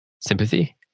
sympathy